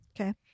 Okay